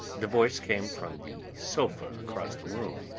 the voice came from the sofa across the room,